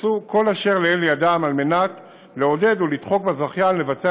עשו כל אשר לאל ידם לעודד ולדחוק בזכיין לבצע